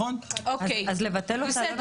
אז לבטל אותה?